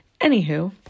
Anywho